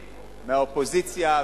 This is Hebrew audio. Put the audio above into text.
מהאופוזיציה,